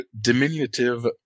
diminutive